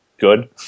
good